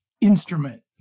instrument